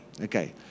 Okay